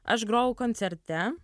aš grojau koncerte